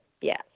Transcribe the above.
Yes